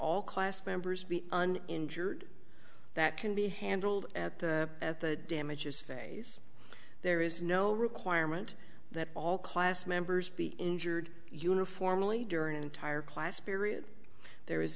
all class members be injured that can be handled at the at the damages phase there is no requirement that all class members be injured uniformly during an entire class period there is